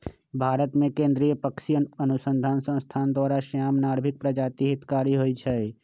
भारतमें केंद्रीय पक्षी अनुसंसधान संस्थान द्वारा, श्याम, नर्भिक प्रजाति हितकारी होइ छइ